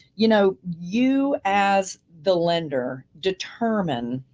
you know, you as the lender, determine